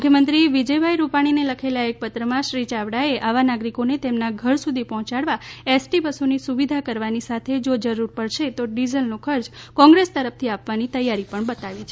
મુખ્યમંત્રી વિજય રૂપાણીને લખેલા એક પત્રમાં શ્રી ચાવડાએ આવા નાગરિકોને તેમના ઘર સુધી પહોંચવા એસ ટી બસોની સુવિધા કરવાની સાથે જો જરૂર પડશે તો ડીઝલનો ખર્ચ કોંગ્રેસ તરફથી આપવાની તૈયારી પણ બતાવી છે